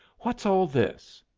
what's all this?